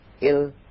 ill